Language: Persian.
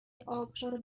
ابشار